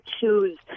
choose